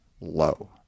low